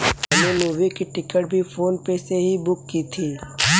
मैंने मूवी की टिकट भी फोन पे से ही बुक की थी